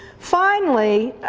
finally,